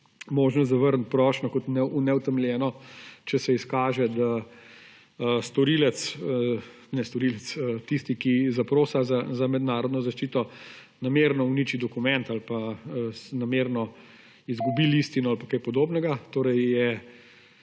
možnost zavrniti prošnjo kot neutemeljeno, če se izkaže, da tisti, ki zaproša za mednarodno zaščito, namerno uniči dokument ali pa namerno izgubi listino ali kaj podobnega – torej je